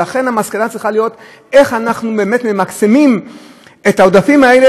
ולכן המסקנה צריכה להיות איך אנחנו באמת ממקסמים את העודפים האלה,